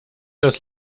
das